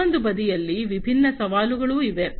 ಆದ್ದರಿಂದ ಇನ್ನೊಂದು ಬದಿಯಲ್ಲಿ ವಿಭಿನ್ನ ಸವಾಲುಗಳೂ ಇವೆ